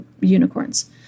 unicorns